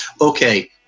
okay